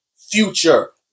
Future